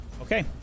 Okay